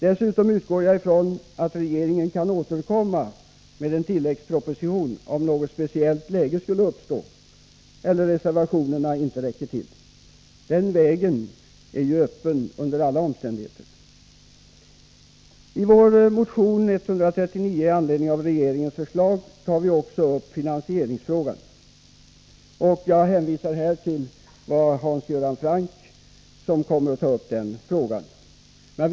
Dessutom utgår jag från att regeringen kan återkomma med en tilläggsproposition, om något speciellt läge skulle uppstå eller reservationerna inte räcka. Den vägen är ju öppen under alla omständigheter. I vår motion 139 i anledning av regeringens förslag tar vi också upp finansieringsfrågan. Jag hänvisar här till Hans Göran Franck, som kommer att beröra den frågan.